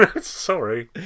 sorry